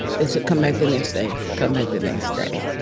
they said, come back the next day. come back the next day.